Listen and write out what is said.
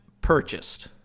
purchased